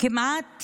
כמעט